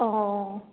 অঁ